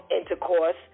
intercourse